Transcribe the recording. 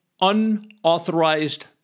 unauthorized